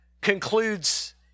concludes